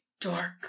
dark